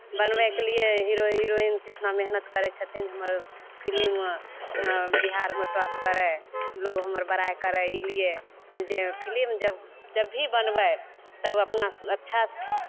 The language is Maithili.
बनबयके लिए हीरो हिरोइन कितना मेहनति करै छथिन हमर फिलिम बिहारमे ट्रस्ट करय लोक हमर बड़ाइ करय ई लिए जे फिलिम जब जब भी बनबै तब अपना अच्छा